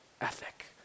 ethic